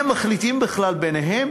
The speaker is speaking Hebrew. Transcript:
הם מחליטים בכלל ביניהם